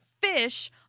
fish